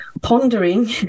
pondering